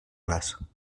les